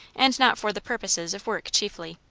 and not for the purposes of work chiefly.